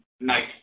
nice